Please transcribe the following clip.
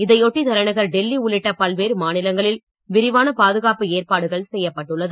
இதையொட்டி தலைநகர் டெல்லி உள்ளிட்ட பல்வேறு மாநிலங்களில் விரிவான பாதுகாப்பு ஏற்பாடுகள் செய்யப்பட்டுள்ளது